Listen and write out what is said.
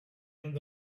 end